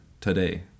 today